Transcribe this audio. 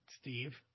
Steve